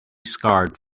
scarred